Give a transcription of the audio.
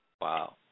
Wow